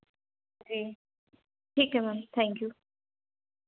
जी ठीक है ma'am thank you